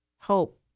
hope